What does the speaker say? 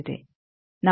ನಾವು ಡಿ 0